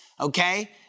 okay